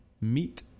meet